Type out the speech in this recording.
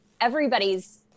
everybody's